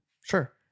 Sure